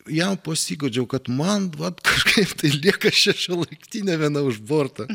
jam pasiguodžiau kad man vat kažkaip tai lieka šešioliktinė viena už borto